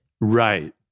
Right